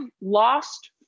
lost